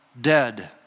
dead